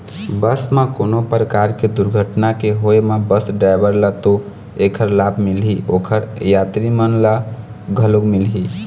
बस म कोनो परकार के दुरघटना के होय म बस डराइवर ल तो ऐखर लाभ मिलही, ओखर यातरी मन ल घलो मिलही